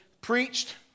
preached